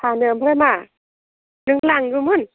फानो ओमफ्राय मा नों लांगौमोन